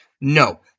No